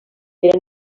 era